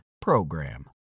PROGRAM